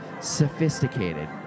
sophisticated